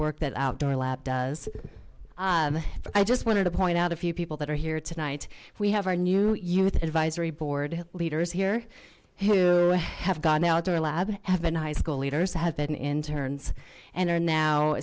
work that outdoor lab does i just wanted to point out a few people that are here tonight we have our new youth advisory board leaders here who have gone out to a lab have been high school leaders have been interns and are now